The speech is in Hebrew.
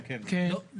כן, כן.